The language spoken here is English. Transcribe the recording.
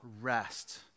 rest